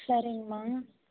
சரிங்கம்மா